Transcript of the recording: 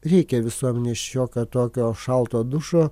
reikia visuomenei šiokio tokio šalto dušo